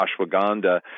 ashwagandha